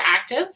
active